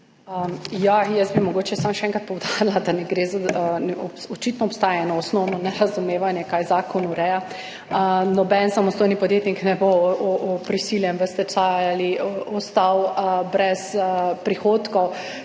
Jaz bi mogoče samo še enkrat poudarila, da ne gre za … Očitno obstaja eno osnovno nerazumevanje, kaj zakon ureja. Noben samostojni podjetnik ne bo prisiljen v stečaj ali ostal brez prihodkov.